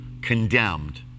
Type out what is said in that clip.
condemned